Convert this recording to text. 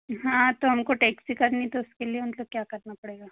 हाँ तो हमको टेक्सी करनी तो उसके लिए मतलब क्या करना पड़ेगा